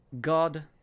God